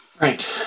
Right